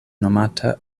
nomata